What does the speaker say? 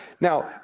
Now